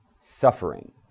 suffering